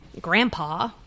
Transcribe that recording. grandpa